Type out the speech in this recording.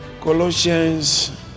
Colossians